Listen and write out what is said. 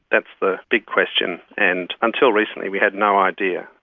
that's the big question. and until recently we had no idea.